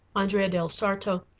andrea del sarto,